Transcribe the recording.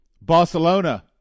Barcelona